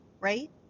right